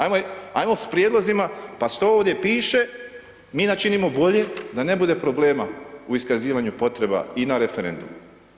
Ajmo s prijedlozima, pa što ovdje piše mi načinimo bolje da ne bude problema u iskazivanju potreba i na referendumu.